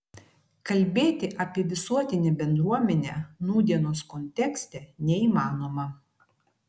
kalbėti apie visuotinę bendruomenę nūdienos kontekste neįmanoma